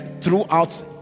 throughout